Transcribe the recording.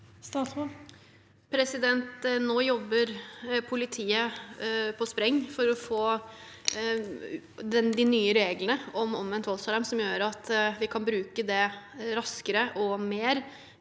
Nå jobber politiet på spreng for å få de nye reglene om omvendt voldsalarm som gjør at vi kan bruke det raskere og mer,